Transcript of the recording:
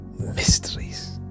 mysteries